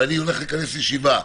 ואני הולך לכנס ישיבה,